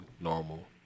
normal